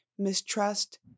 mistrust